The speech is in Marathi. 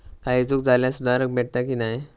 काही चूक झाल्यास सुधारक भेटता की नाय?